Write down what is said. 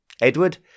Edward